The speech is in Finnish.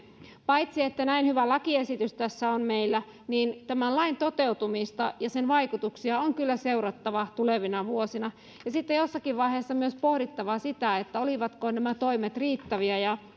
paitsi että näin hyvä lakiesitys tässä on meillä niin tämän lain toteutumista ja sen vaikutuksia on kyllä seurattava tulevina vuosina ja sitten jossakin vaiheessa myös pohdittava sitä olivatko nämä toimet riittäviä ja